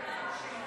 אישה והבת שלה.